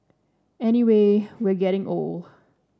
anyway we are getting old